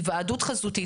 היוועדות חזותית,